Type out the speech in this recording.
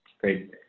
Great